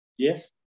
Yes